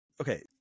okay